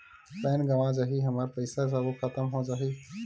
Pan गंवा जाही हमर पईसा सबो खतम हो जाही?